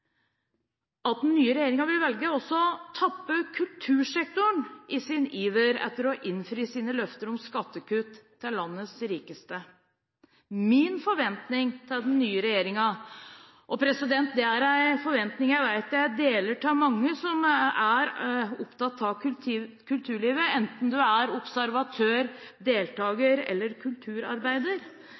at den nye regjeringen vil velge å tappe kultursektoren – i sin iver etter å innfri sine løfter om skattekutt til landets rikeste. Min forventning til den nye regjeringen – en forventning jeg vet jeg deler med mange som er opptatt av kulturlivet, enten en er observatør, deltaker eller kulturarbeider